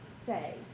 say